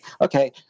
okay